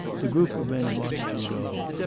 the group of men watched him go,